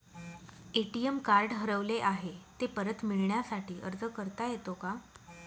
ATM card हरवले आहे, ते परत मिळण्यासाठी अर्ज करता येतो का?